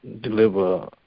deliver